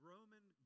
Roman